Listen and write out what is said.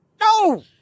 No